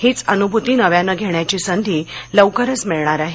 हीच अनुभूती नव्यानं घेण्याची संधी लवकरच मिळणार आहे